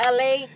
LA